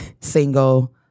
single